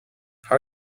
how